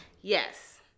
Yes